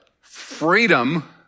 freedom